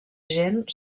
gent